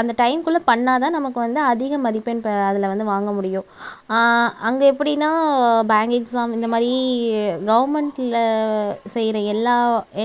அந்த டைம்குள்ளே பண்ணிணாதான் நமக்கு வந்து அதிக மதிப்பெண் பெ அதில் வந்து வாங்க முடியும் அங்கே எப்படினா பேங்க் எக்ஸாம் இந்தமாதிரி கவர்மென்டில் செய்கிற எல்லா